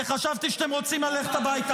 וחשבתי שאתם רוצים ללכת הביתה.